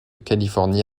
californie